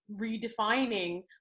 redefining